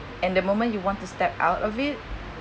and the moment you want to step out of it